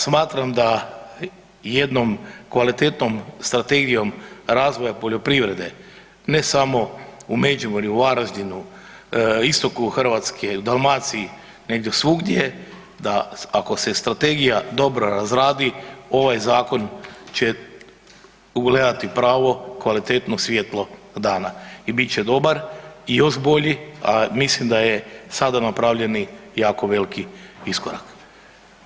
Smatram da jednom kvalitetnom strategijom razvoja poljoprivrede ne samo u Međimurju, Varaždinu, istoku Hrvatske, u Dalmaciji, nego svugdje da ako se strategija dobro razradi ovaj zakon će ugledati pravo kvalitetno svjetlo dana i bit će dobar i još bolji, a mislim da je sada napravljeni jako veliki iskorak.